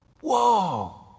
Whoa